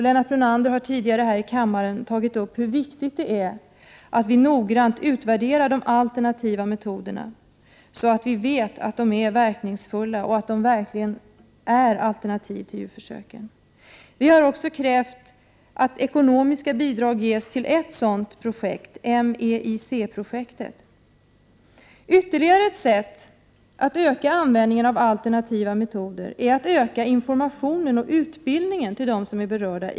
Lennart Brunander har tidigare här i kammaren tagit upp hur viktigt det är att vi noggrant utvärderar de alternativa metoderna, så att vi vet att de är verkningsfulla och att de är ett alternativ till djurförsök. Vi har också krävt att ekonomiska bidrag ges till ett sådant projekt, MEIC-projektet. Ytterligare ett sätt att öka användningen av alternativa metoder är att öka informationen till och utbildningen av dem som är berörda.